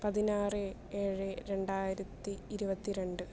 പതിനാറ് ഏഴ് രണ്ടായിരത്തി ഇരുപത്തി രണ്ട്